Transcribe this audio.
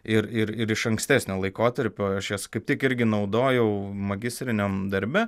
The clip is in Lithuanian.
ir ir ir iš ankstesnio laikotarpio aš jas kaip tik irgi naudojau magistriniam darbe